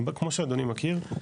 כמו שאדוני מכיר,